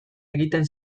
egiten